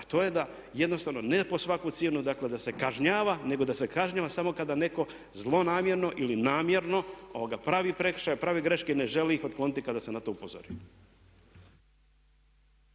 a to je da jednostavno, ne pod svaku cijenu, dakle da se kažnjava, nego da se kažnjava samo kada netko zlonamjerno ili namjerno pravi prekršaj, pravi greške i ne želi ih otkloniti kada se na to upozori.